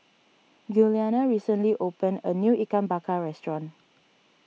Giuliana recently opened a new Ikan Bakar restaurant